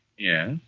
Yes